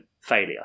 failure